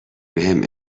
بهم